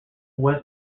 west